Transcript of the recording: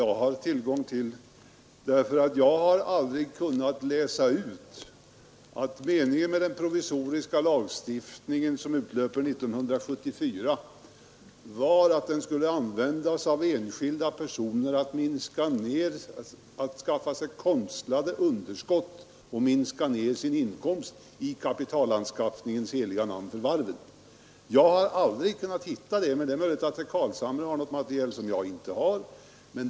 Jag har aldrig kunnat läsa ut i materialet att meningen med den provisoriska lagstiftningen, som utlöper 1974, var att den skulle användas av enskilda personer för att skaffa sig konstlade underskott och minska sin inkomst i kapitalanskaffningens heliga namn.